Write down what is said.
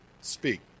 speak